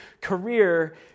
career